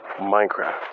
Minecraft